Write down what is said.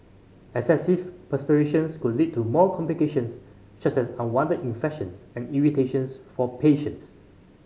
excessive perspirations could lead to more complications such as unwanted infections and irritations for patients